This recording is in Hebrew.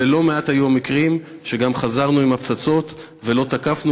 והיו לא מעט מקרים שגם חזרנו עם הפצצות ולא תקפנו,